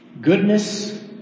Goodness